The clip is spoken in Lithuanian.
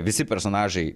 visi personažai